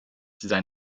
design